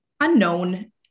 unknown